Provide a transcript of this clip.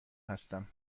هستم